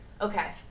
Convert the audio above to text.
okay